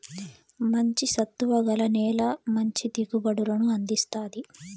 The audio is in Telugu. మంచి సత్తువ గల నేల మంచి దిగుబడులను అందిస్తాది